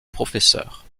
professeur